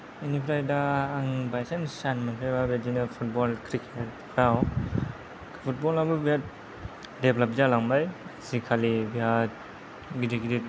बेनिफ्राय दा आं बायचान्स चान्स मोननायब्ला बेबादिनो फुटबल क्रिकेटाव फुटबलवाबो बिराद डेभेलप जालांबाय आजिखालि बिराद गिदिर गिदिर